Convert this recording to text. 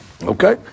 Okay